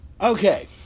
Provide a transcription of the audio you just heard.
Okay